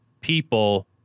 people